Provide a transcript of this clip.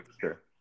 sure